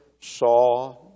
saw